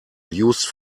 used